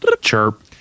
Chirp